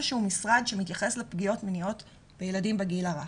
שהוא משרד שמתייחס לפגיעות מיניות בילדים בגיל הרך.